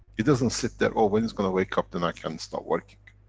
it doesn't sit there, oh, when he's gonna wake up, then i can start working.